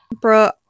Bro